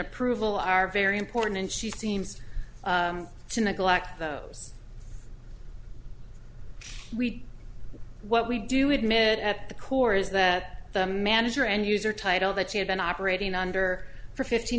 approval are very important and she seems to neglect those we what we do admit at the core is that the manager and user title that she had been operating under for fifteen